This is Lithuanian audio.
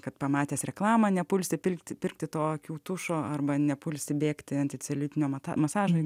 kad pamatęs reklamą nepulsi pirkti pirkti to akių tušo arba nepulsi bėgti anticeliulitinio matą masažai